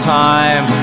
time